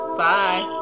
bye